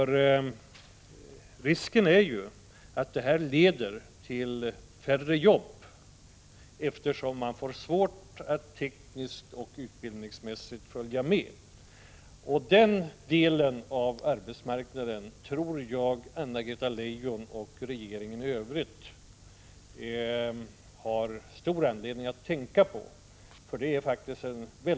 Risken är ju att detta leder till färre jobb, eftersom man får svårt att tekniskt och utbildningsmässigt följa med. Jag tror att Anna-Greta Leijon och regeringen i övrigt har stor anledning att tänka på denna del av arbetsmarknaden.